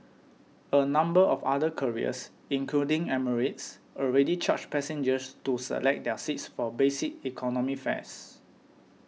a number of other carriers including Emirates already charge passengers to select their seats for basic economy fares